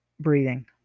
breathing